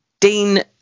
Dean